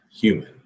human